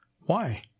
Why